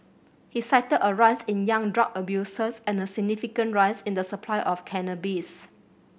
he cited a rise in young drug abusers and a significant rise in the supply of cannabis